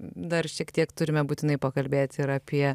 dar šiek tiek turime būtinai pakalbėti ir apie